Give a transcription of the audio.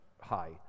high